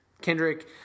Kendrick